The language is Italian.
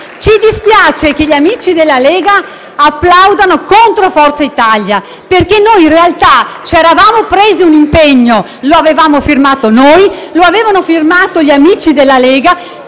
ci dispiace che gli amici della Lega applaudano contro Forza Italia, perché noi in realtà ci eravamo presi un impegno, firmato da noi e dagli amici della Lega,